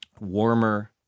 Warmer